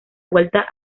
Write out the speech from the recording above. vuelta